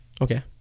Okay